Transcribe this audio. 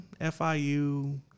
FIU